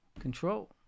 control